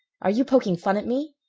are you poking fun at me?